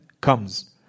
comes